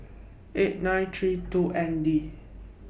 eight nine three two N D